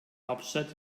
hauptstadt